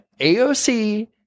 AOC